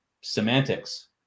semantics